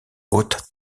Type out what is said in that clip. hautes